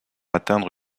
atteindre